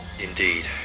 Indeed